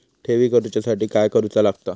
ठेवी करूच्या साठी काय करूचा लागता?